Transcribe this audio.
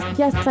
yes